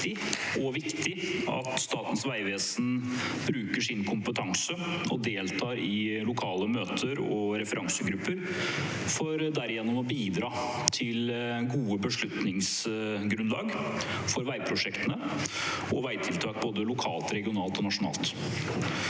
og viktig, at Statens vegvesen bruker sin kompetanse og deltar i lokale møter og referansegrupper for derigjennom å bidra til gode beslutningsgrunnlag for veiprosjekter og veitiltak både lokalt, regionalt og nasjonalt.